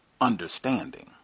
understanding